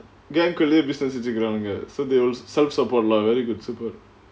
gang குள்ளேயே:kullayae business வெச்சிக்கிறாங்க:vechikkiraanga so they will self support lah very good support